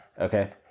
okay